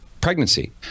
pregnancy